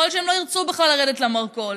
יכול להיות שהם לא ירצו בכלל לרדת למרכול,